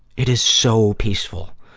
it is so peaceful.